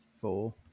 four